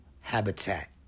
habitat